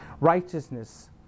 righteousness